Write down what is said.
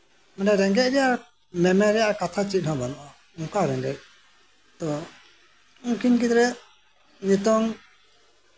ᱢᱟᱱᱮ ᱨᱮᱸᱜᱮᱪ ᱨᱮᱭᱟᱜ ᱠᱟᱛᱷᱟ ᱪᱮᱫ ᱢᱮᱢᱮᱱ ᱵᱟᱝ ᱦᱩᱭᱩᱜᱼᱟ ᱩᱱᱠᱤᱱ ᱜᱤᱫᱽᱨᱟᱹ ᱛᱳ ᱱᱤᱛᱚᱝ